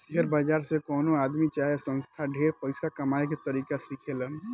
share बाजार से कवनो आदमी चाहे संस्था ढेर पइसा कमाए के तरीका सिखेलन